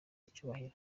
icyubahiro